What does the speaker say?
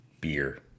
beer